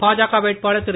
பாஜக வேட்பாளர் திரு